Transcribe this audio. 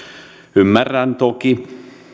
ymmärrän toki